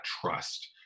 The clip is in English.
trust